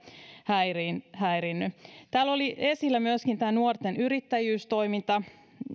häiriinny häiriinny täällä oli esillä myöskin tämä nuorten yrittäjyystoiminta